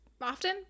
often